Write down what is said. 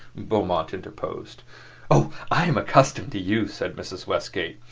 beaumont interposed. oh, i am accustomed to you, said mrs. westgate.